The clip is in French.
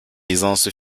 aisance